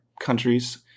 countries